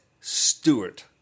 Stewart